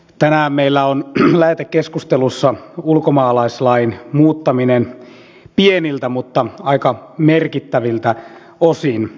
tänään meillä on lähetekeskustelussa ulkomaalaislain muuttaminen pieniltä mutta aika merkittäviltä osin